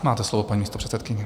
Máte slovo, paní místopředsedkyně.